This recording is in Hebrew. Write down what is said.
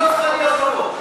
היא לא צריכה להיות פה.